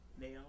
Nail